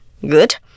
good